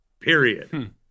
period